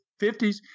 50s